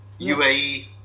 UAE